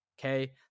Okay